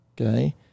Okay